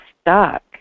stuck